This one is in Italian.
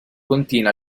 contiene